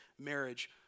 marriage